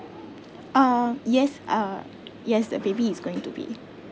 uh yes uh yes the baby is going to be